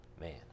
man